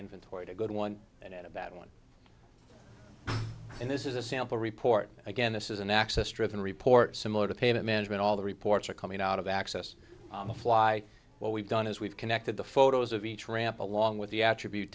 inventoried a good one and at about one and this is a sample report again this is an access driven report similar to payment management all the reports are coming out of access on the fly what we've done is we've connected the photos of each ramp along with the attribute